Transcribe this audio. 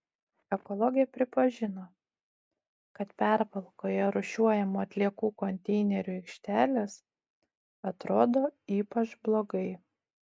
ekologė pripažino kad pervalkoje rūšiuojamų atliekų konteinerių aikštelės atrodo ypač blogai